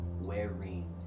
wearing